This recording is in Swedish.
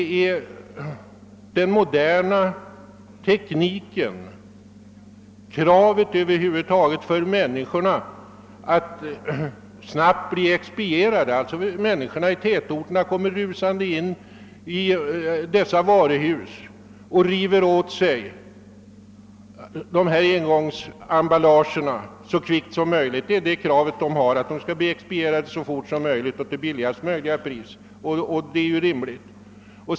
Människorna har krav på att bli snabbt expedierade, att kunna rusa in i affären och riva åt sig varor i engångsemballage så kvickt som möjligt och få dem till lägsta möjliga pris. Det är ju ett rimligt krav.